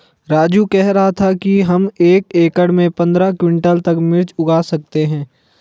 राजू कह रहा था कि हम एक एकड़ में पंद्रह क्विंटल तक मिर्च उगा सकते हैं